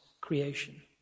creation